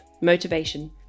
motivation